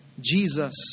Jesus